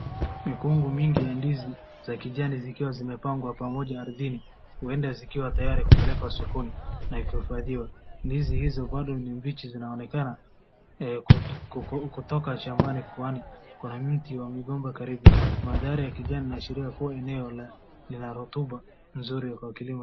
Mikungu mingi ya ndizi za kijani zikiwa zimepangwa pamoja ardhini. Huenda zikiwa tayari kupelekwa sokoni na kuhifadhiwa. Ndizi hizo bado ni mbichi zinaonekana kutoka shambani kwani kuna mti wa migomba karibu. Mandhari ya kijani inaashiria kuwa eneo ni la rotuba nzuri kwa kilimo.